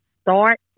start